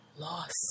lost